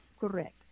Correct